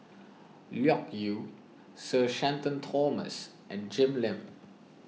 Loke Yew Sir Shenton Thomas and Jim Lim